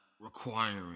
requiring